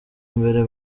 mbere